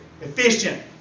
efficient